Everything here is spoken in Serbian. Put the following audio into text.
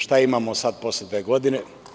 Šta imamo sada posle dve godine?